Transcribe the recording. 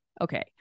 okay